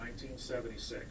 1976